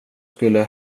skulle